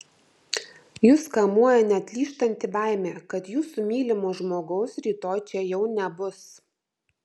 jus kamuoja neatlyžtanti baimė kad jūsų mylimo žmogaus rytoj čia jau nebus